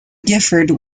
gifford